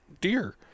deer